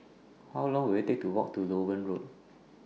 How Long Will IT Take to Walk to Loewen Road